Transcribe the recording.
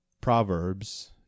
Proverbs